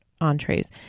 entrees